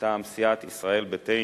מטעם סיעת ישראל ביתנו.